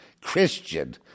Christian